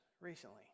recently